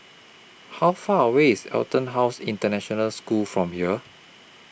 How Far away IS Etonhouse International School from here